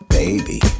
baby